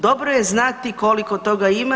Dobro je znati koliko toga ima.